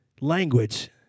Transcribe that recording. language